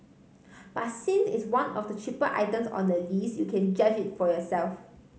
but since it's one of the cheaper items on the list you can judge it for yourself